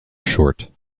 short